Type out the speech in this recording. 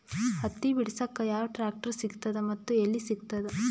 ಹತ್ತಿ ಬಿಡಸಕ್ ಯಾವ ಟ್ರಾಕ್ಟರ್ ಸಿಗತದ ಮತ್ತು ಎಲ್ಲಿ ಸಿಗತದ?